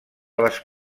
les